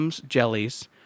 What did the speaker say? Jellies